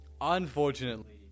Unfortunately